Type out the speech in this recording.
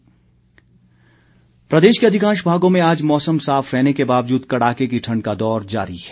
मौसम प्रदेश के अधिकांश भागों में आज मौसम साफ रहने के बावजूद कड़ाके की ठंड का दौर जारी है